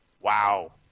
Wow